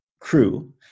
crew